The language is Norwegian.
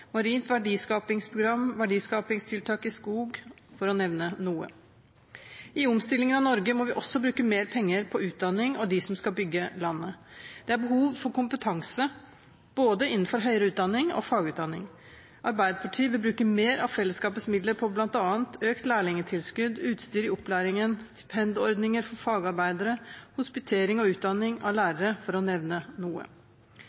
marint verdiskapingsprogram og verdiskapingstiltak i skog, for å nevne noe. I omstillingen av Norge må vi også bruke mer penger på utdanning av dem som skal bygge landet. Det er behov for kompetanse innenfor både høyere utdanning og fagutdanning. Arbeiderpartiet vil bruke mer av fellesskapets midler på bl.a. økt lærlingtilskudd, utstyr i opplæringen, stipendordninger for fagarbeidere, hospitering og utdanning av lærere, for å nevne noe.